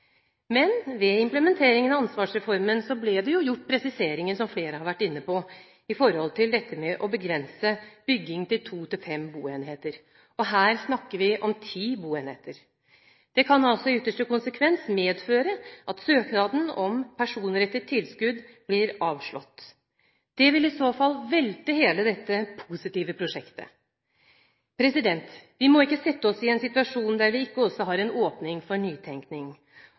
Men ved implementeringen av ansvarsreformen ble det jo gjort presiseringer, som flere har vært inne på, i forhold til dette med å begrense bygging til to til fem boenheter. Her snakker vi om ti boenheter. Det kan altså i ytterste konsekvens medføre at søknaden om personrettet tilskudd blir avslått. Det vil i så fall velte hele dette positive prosjektet. Vi må ikke sette oss i en situasjon der vi ikke også har en åpning for nytenkning.